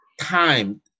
time